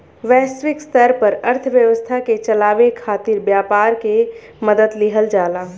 वैश्विक स्तर पर अर्थव्यवस्था के चलावे खातिर व्यापार के मदद लिहल जाला